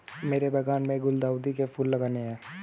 मेरे बागान में गुलदाउदी के फूल लगाने हैं